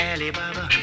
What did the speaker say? Alibaba